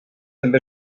també